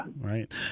Right